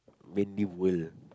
in the world